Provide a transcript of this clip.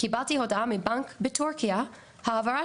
קיבלתי הודעה מהבנק בטורקיה שההעברה